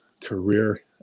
career